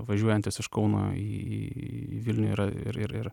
važiuojantys iš kauno į vilnių yra ir ir ir